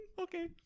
okay